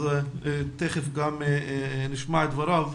אז תיכף גם נשמע את דבריו.